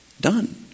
Done